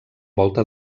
volta